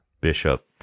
bishop